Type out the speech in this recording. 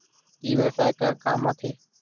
ई व्यवसाय का काम आथे?